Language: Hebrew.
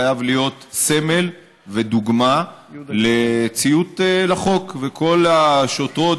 חייב להיות סמל ודוגמה לציות לחוק וכל השוטרות